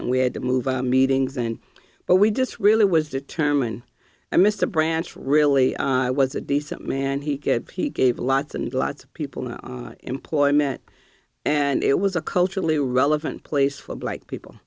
and we had to move meetings and but we just really was determined i missed a branch really i was a decent man he could peak gave lots and lots of people no employment and it was a culturally relevant place for black people